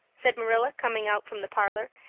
said marilla, coming out from the parlor,